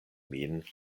min